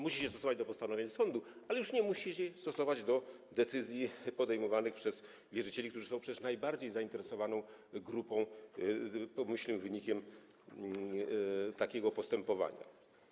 Musi się stosować do postanowień sądu, ale już nie musi się stosować do decyzji podejmowanych przez wierzycieli, którzy są przecież grupą najbardziej zainteresowaną pomyślnym wynikiem takiego postępowania.